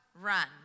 run